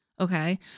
okay